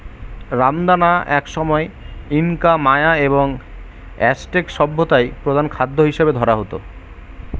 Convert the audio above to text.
রামদানা একসময় Inca, Maya এবং অ্যাজটেক সভ্যতায় প্রধান খাদ্য হিসাবে ধরা হত